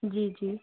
جی جی